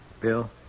Bill